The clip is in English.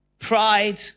Pride